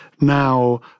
Now